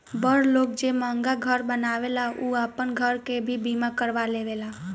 बड़ लोग जे महंगा घर बनावेला उ आपन घर के भी बीमा करवा लेवेला